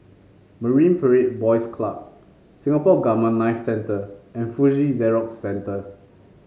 Marine Parade Boys Club Singapore Gamma Knife Centre and Fuji Xerox Centre